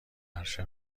عرشه